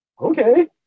okay